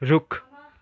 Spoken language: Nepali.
रुख